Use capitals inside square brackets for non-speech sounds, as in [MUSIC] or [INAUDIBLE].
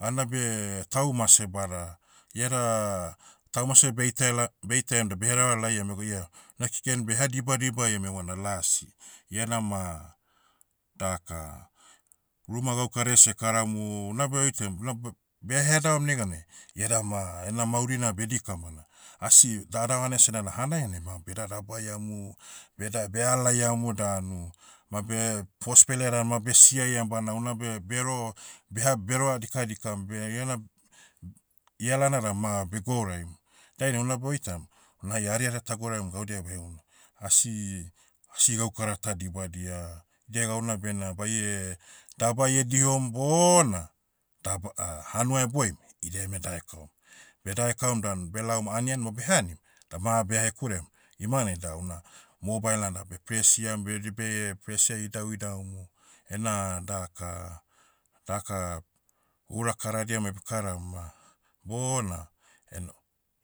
Anabe, taumase bada. Iada, tauma seh beitaia la- beitaiam da behereva laiam ego ia, na keken beh eha dibadibaiam evana lasi. Ia nama, daka, ruma gaukare sekaramu, unabe oitaiam, una be- bea headavam neganai, ia dama, ena mauri na bedikam bana, asi, da adavana esena na hanaihanai ma beh dadabaiamu, beda bealaiamu danu. Ma beh- hospele dan ma besiaiam bana unabe bero- beha beroa dikadikam beh iana, ialana dan ma begouraim. Dainai unabe oitam, una hai ariara ta gouraim gaudia behounu. Asi- asi gaukara ta dibadia. Idia gauna bena baie, dabai ediho bona, dab- [HESITATION] hanua eboim, idia eme daekaum. Bedaekaum dan belaom anian mo beha anim, dama bea hekurem, imanai da una, mobile nada beh presiam beri beie presia idauidaumu. Ena daka- daka, ura karadia ma bekaram ma, bona, eno-